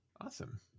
Awesome